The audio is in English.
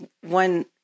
one